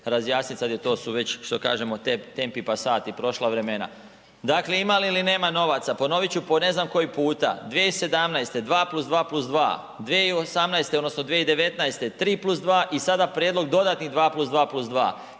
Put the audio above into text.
razjasniti, sada je to su već što kažemo tempi i passati prošla vremena. Dakle ima li ili nema novaca, ponoviti ću po ne znam koji puta 2017. 2+2+2, 2018. odnosno 2019. 3+2 i sada prijedlog dodatnih 2+2+2.